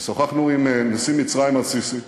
ושוחחנו עם נשיא מצרים א-סיסי,